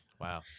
Wow